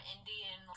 Indian